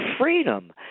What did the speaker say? freedom